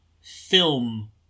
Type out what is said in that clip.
film